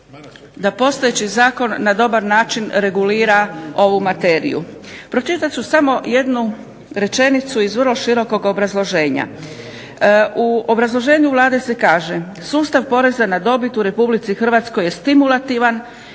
da postojeći zakon na dobar način regulira ovu materiju. Pročitat ću samo jednu rečenicu iz vrlo širokog obrazloženja. U obrazloženju Vlade se kaže. Sustav poreza na dobit u Republici Hrvatskoj je stimulativan